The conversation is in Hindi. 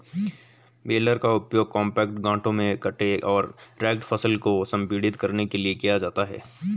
बेलर का उपयोग कॉम्पैक्ट गांठों में कटे और रेक्ड फसल को संपीड़ित करने के लिए किया जाता है